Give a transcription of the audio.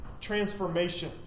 transformation